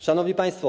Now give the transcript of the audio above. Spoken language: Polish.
Szanowni Państwo!